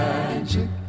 Magic